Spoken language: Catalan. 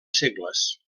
segles